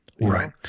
Right